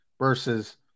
Versus